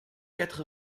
quatre